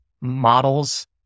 Models